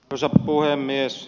arvoisa puhemies